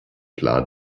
klar